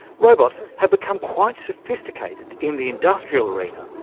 robots have become quite sophisticated in the industrial arena,